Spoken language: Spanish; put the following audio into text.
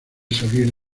salir